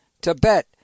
Tibet